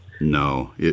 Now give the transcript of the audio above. No